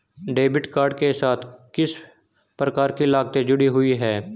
Debit card के साथ किस प्रकार की लागतें जुड़ी हुई हैं?